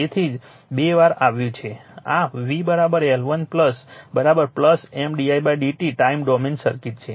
તેથી જ તે બે વાર આવ્યું છે આ v L1 M didt time domain circuit છે